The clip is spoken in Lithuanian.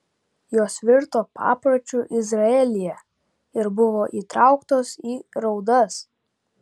jos virto papročiu izraelyje ir buvo įtrauktos į raudas